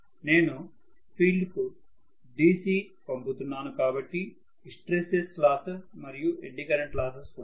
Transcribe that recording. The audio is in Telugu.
నేను ఫీల్డ్ కు DC పంపుతున్నాను కాబట్టి హిస్టెరిసిస్ లాసెస్ మరియు ఎడ్డీ కరెంట్ లాసెస్ ఉండవు